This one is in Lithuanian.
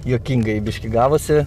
juokingai biški gavosi